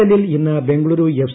എല്ലിൽ ഇന്ന് ബെംഗളൂരു എഫ്